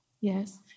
Yes